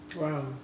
Wow